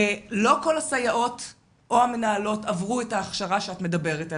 לא כל הסייעות או המנהלות עברו את ההכשרה שאת מדברת עליה.